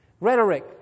Rhetoric